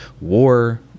war